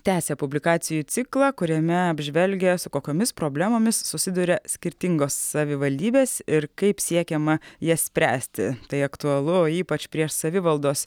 tęsia publikacijų ciklą kuriame apžvelgia su kokiomis problemomis susiduria skirtingos savivaldybės ir kaip siekiama jas spręsti tai aktualu ypač prieš savivaldos